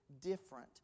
different